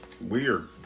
weird